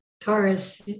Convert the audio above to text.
Taurus